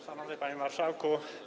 Szanowny Panie Marszałku!